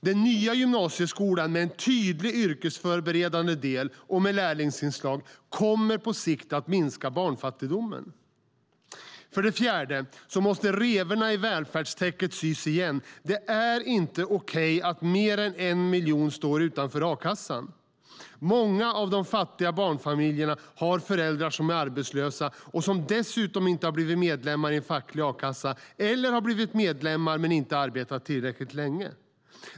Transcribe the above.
Den nya gymnasieskolan med en tydligt yrkesförberedande del och med lärlingsinslag kommer på sikt att minska barnfattigdomen. För det fjärde måste revorna i välfärdstäcket sys igen. Det är inte okej att mer än en miljon står utanför a-kassan. Många av de fattiga barnfamiljerna har föräldrar som är arbetslösa och som dessutom inte har blivit medlemmar i en facklig a-kassa eller har blivit medlemmar men inte arbetat tillräckligt länge.